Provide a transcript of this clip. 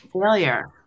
Failure